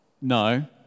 No